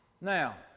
Now